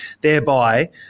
thereby